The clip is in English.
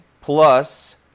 plus